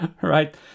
Right